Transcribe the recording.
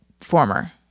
former